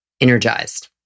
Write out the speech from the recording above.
energized